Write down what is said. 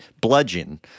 bludgeon